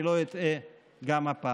ואני לא אטעה גם הפעם.